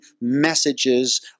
messages